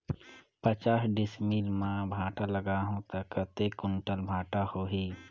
पचास डिसमिल मां भांटा लगाहूं ता कतेक कुंटल भांटा होही?